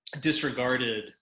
disregarded